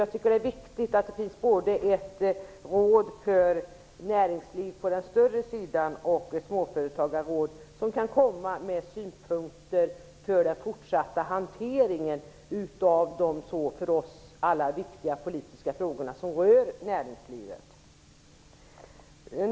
Jag tycker att det är viktigt att vi får både ett råd för större företrädare för näringslivet och ett småföretagarråd som kan ge synpunkter på den fortsatta hanteringen av de för oss alla så viktiga politiska frågor som rör näringslivet.